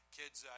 kids